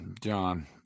John